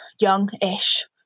young-ish